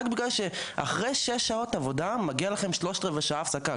רק בגלל שאחרי שש שעות עבודה מגיעה לכם שלושת רבעי שעה הפסקה.